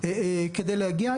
כדי להגיע,